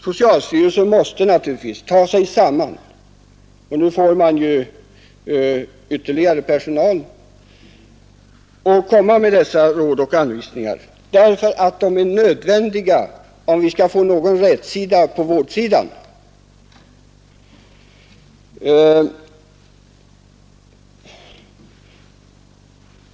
Socialstyrelsen måste naturligtvis ta sig samman — nu får ju socialstyrelsen ytterligare personal — och komma med dessa råd och anvisningar, ty de är nödvändiga, om vi skall få någon rätsida på vårdfrågorna.